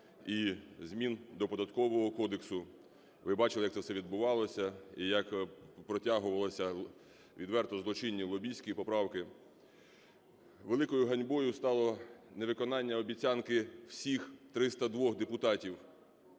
і змін до Податкового кодексу. Ви бачили як це все відбувалося і як протягувалися відверто злочинні лобістські поправки. Великою ганьбою стало невиконання обіцянки всіх 302 депутатів,